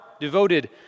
devoted